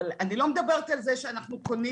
אבל אני לא מדברת על זה שאנחנו קונים